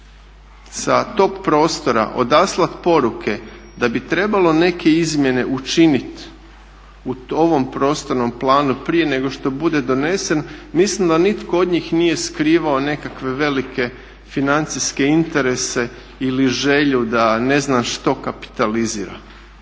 sa top prostora odaslati poruke da bi trebalo neke izmjene učiniti u ovom prostornom planu prije nego što bude donesen mislim da nitko od njih nije skrivao nekakve velike financijske interese ili želju da ne znam što kapitalizira.